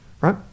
right